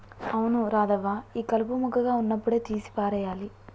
అవును రాధవ్వ ఈ కలుపు మొక్కగా ఉన్నప్పుడే తీసి పారేయాలి